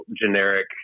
generic